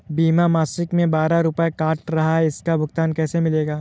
बीमा मासिक में बारह रुपय काट रहा है इसका भुगतान कैसे मिलेगा?